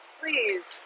please